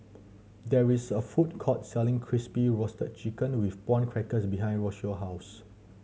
there is a food court selling Crispy Roasted Chicken with Prawn Crackers behind Rocio house